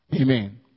Amen